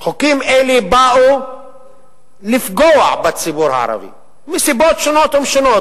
חוקים אלה באו לפגוע בציבור הערבי מסיבות שונות ומשונות.